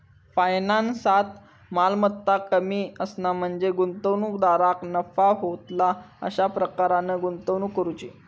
फायनान्सात, मालमत्ता कमी असणा म्हणजे गुंतवणूकदाराक नफा होतला अशा प्रकारान गुंतवणूक करुची